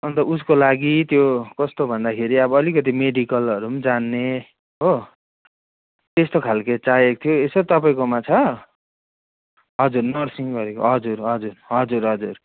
अन्त उसको लागि त्यो कस्तो भन्दाखेरि अब अलिकति मेडिकलहरू पनि जान्ने हो त्यस्तो खालके चाहिएको थियो यसो तपाईँकोमा छ हजुर नर्सिङ गरेको हजुर हजुर हजुर हजुर